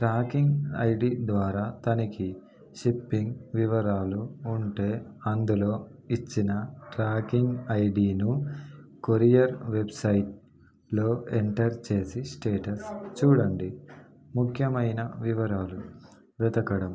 tracking I D ద్వారా తనిఖీ shipping వివరాలు ఉంటే అందులో ఇచ్చిన ట్రాకింగ్ ఐ డీను కొరియర్ వెబ్సైట్లో ఎంటర్ చేసి స్టేటస్ చూడండి ముఖ్యమైన వివరాలు వెతకడం